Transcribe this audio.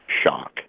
shock